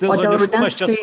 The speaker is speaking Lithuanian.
o dėl rudens tai